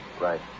Right